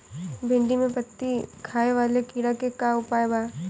भिन्डी में पत्ति खाये वाले किड़ा के का उपाय बा?